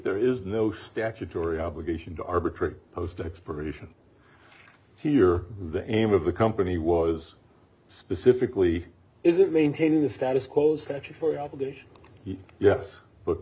there is no statutory obligation to arbitrate post expiration here the aim of the company was specifically isn't maintaining the status quo statutory obligations yes but